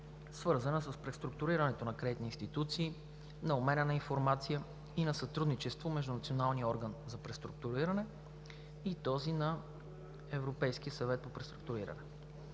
свързана с преструктурирането на кредитни институции, на обмена на информация и на сътрудничество между Националния орган за преструктуриране и този на Европейския съвет по преструктуриране.